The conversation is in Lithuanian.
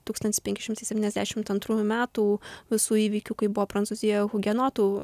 tūkstantis penki šimtai septyniasdešimt antrųjų metų visų įvykių kai buvo prancūzijoje hugenotų